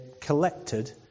collected